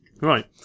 Right